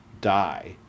die